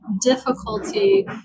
difficulty